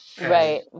Right